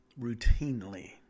routinely